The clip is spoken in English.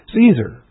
Caesar